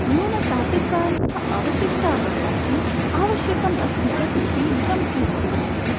न्यूनशाटिकान् अवशिष्टाः सन्ति आवश्यकमस्ति चेत् शीघ्रं स्वीकुर्वन्तु